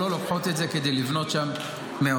או לא לוקחות את זה כדי לבנות שם מעונות.